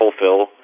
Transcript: fulfill